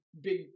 big